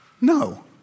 No